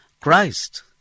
Christ